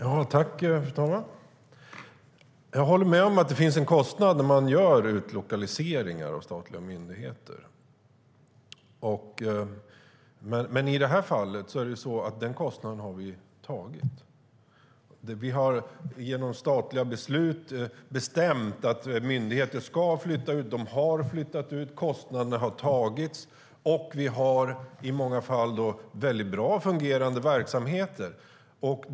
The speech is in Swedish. Fru talman! Jag håller med om att det finns en kostnad när vi gör utlokaliseringar av statliga myndigheter. Men i det här fallet har vi tagit den kostnaden. Genom statliga beslut har vi bestämt att myndigheter ska flytta ut. De har flyttat ut, och kostnaderna har tagits. Och vi har i många fall bra fungerande verksamheter.